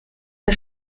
der